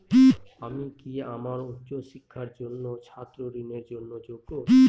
আমি কি আমার উচ্চ শিক্ষার জন্য ছাত্র ঋণের জন্য যোগ্য?